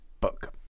book